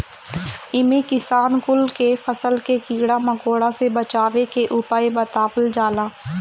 इमे किसान कुल के फसल के कीड़ा मकोड़ा से बचावे के उपाय बतावल जाला